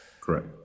Correct